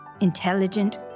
Intelligent